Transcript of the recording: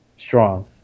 strong